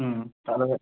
হুম তাহলে